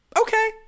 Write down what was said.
okay